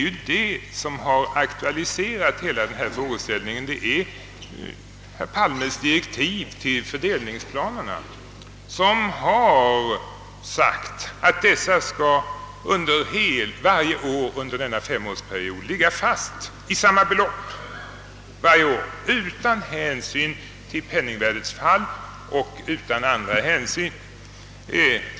Vad som har aktualiserat hela denna frågeställning är herr Palmes direktiv, enligt vilka fördelningsplanerna under hela femårsperioden skall ligga fast vid samma belopp utan hänsyn till penningvärdets fall och utan andra hänsyn.